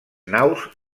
naus